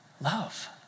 love